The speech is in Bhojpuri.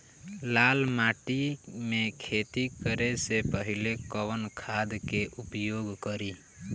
लाल माटी में खेती करे से पहिले कवन खाद के उपयोग करीं?